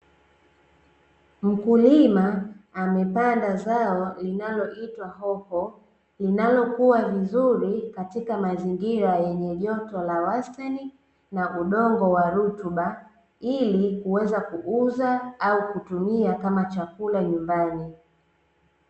Mkulima amepanda zao linaloitwa hoho linalokuwa vizuri katika mazingira yenye joto la wastani na udongo wa rutuba ili kuweza kuuza au kutumia kama chakula nyumbani.